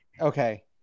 Okay